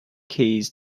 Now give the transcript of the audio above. keys